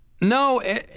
No